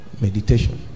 Meditation